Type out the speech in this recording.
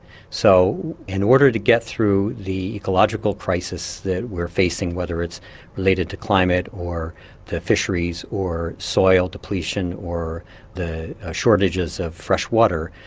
so in order to get through the ecological crisis we're facing, whether it's related to climate or the fisheries, or soil depletion, or the shortages of fresh water,